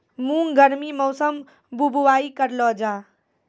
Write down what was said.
मूंग गर्मी मौसम बुवाई करलो जा?